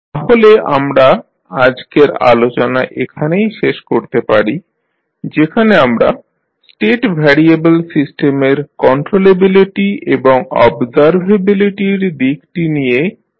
তাহলে আমরা আজকের আলোচনা এখানেই শেষ করতে পারি যেখানে আমরা স্টেট ভ্যারিয়েবল সিস্টেমের কন্ট্রোলেবিলিটি এবং অবজারভেবিলিটি র দিকটি নিয়ে আলোচনা করলাম